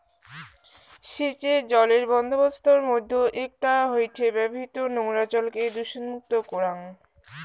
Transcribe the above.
সেচের জলের বন্দোবস্তর মইধ্যে একটা হয়ঠে ব্যবহৃত নোংরা জলকে দূষণমুক্ত করাং